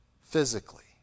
physically